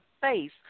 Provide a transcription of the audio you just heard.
face